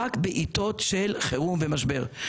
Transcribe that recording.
רק בעתות של חירום ומשבר.